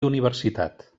universitat